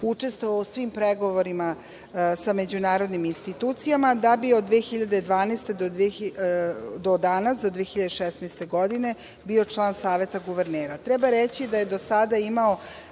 učestvovao u svim pregovorima sa međunarodnim institucijama, da bi od 2012. do danas, 2016. godine, bio član Saveta guvernera. Treba reći da je do sada imao